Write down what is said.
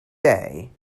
bay